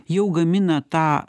jau gamina tą